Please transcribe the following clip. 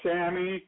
Sammy